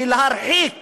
להרחיק